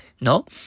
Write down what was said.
No